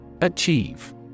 Achieve